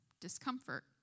discomfort